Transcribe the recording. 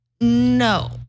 No